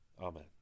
Amen